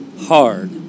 hard